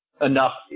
enough